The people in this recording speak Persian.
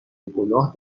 گناه